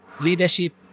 Leadership